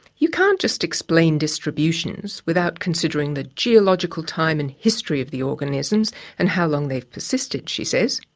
you can't just explain distributions without considering the geological time and history of the organisms and how long they've persisted, she says.